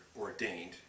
ordained